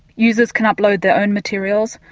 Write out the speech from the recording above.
users can upload their own materials,